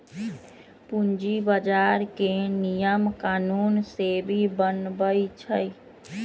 पूंजी बजार के नियम कानून सेबी बनबई छई